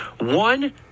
One